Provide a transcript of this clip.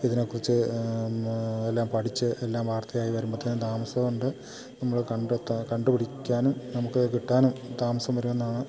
ഇതിനെക്കുറിച്ച് എല്ലാം പഠിച്ച് എല്ലാം വാർത്തയായി വരുമ്പത്തന്നെ താമസം ഉണ്ട് നമ്മള് കണ്ടെത്താന് കണ്ടു പിടിക്കാനും നമുക്ക് കിട്ടാനും താമസം വരുമെന്നാണ്